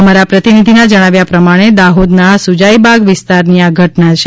અમારા પ્રતિનિધિના જણાવ્યા પ્રમાણે દાહોદના સુજાઈબાગ વિસ્તારની આ ઘટના છે